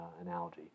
analogy